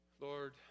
Lord